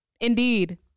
Indeed